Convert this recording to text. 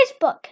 Facebook